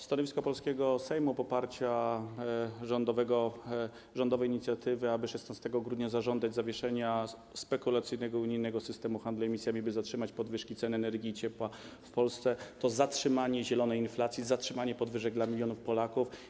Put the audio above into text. Stanowisko polskiego Sejmu dotyczące poparcia rządowej inicjatywy, aby 16 grudnia zażądać zawieszenia spekulacyjnego unijnego systemu handlu emisjami, by zatrzymać podwyżki cen energii i ciepła w Polsce, to zatrzymanie zielonej inflacji, zatrzymanie podwyżek dla milionów Polaków.